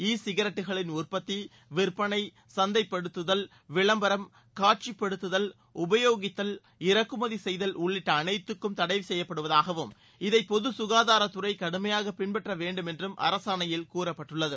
இ சிகரெட்டுகளின் உற்பத்தி விற்பனை சந்தைப்படுத்துதல் விளம்பரம் காட்சிப்படுத்துதல் உபயோகித்தல் இறக்குமதி செய்தல் உள்ளிட்ட அனைத்தும் தடை செய்யப்படுவதாகவும் இதை பொது ககாதாரத்துறை கடுமையாக பின்பற்ற வேண்டும் என்றும் அரசாரணையில் கூறப்பட்டுள்ளது